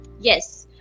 Yes